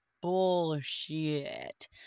bullshit